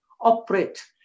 operate